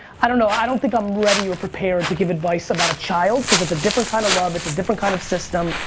i don't know i don't think i'm ready or prepared to give advice it's about child, because it's a different kind of love it's a different kind of system.